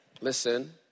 Listen